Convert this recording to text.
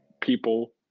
people